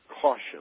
caution